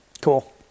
cool